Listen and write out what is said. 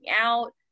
out